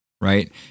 right